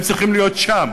הם צריכים להיות שם.